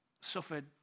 suffered